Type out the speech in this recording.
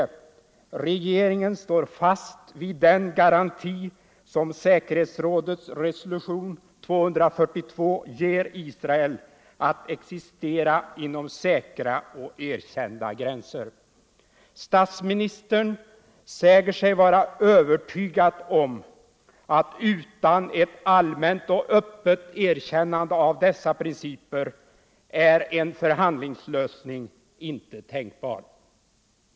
Regeringen står fast vid den garanti som säkerhetsrådets resolution 242 ger Israel att existera inom säkra och erkända gränser. Statsministern säger sig vara övertygad om att utan ett allmänt och öppet erkännande av dessa principer är en förhandlingslösning inte tänkbar.